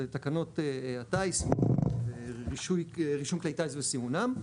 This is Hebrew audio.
אלו תקנות הטייס ורישום כלי טייס וסימונם.